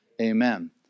amen